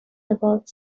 about